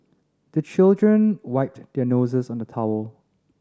the children wipe their noses on the towel